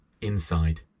inside